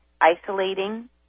isolating